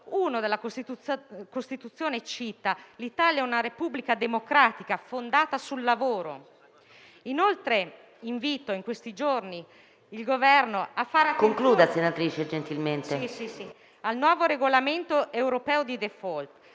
1 della Costituzione dichiara: «L'Italia è una Repubblica democratica fondata sul lavoro». Inoltre, in questi giorni invito il Governo a fare attenzione al nuovo regolamento europeo di *default*,